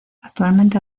actualmente